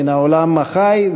מעולם החי,